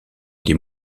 été